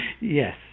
Yes